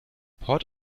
port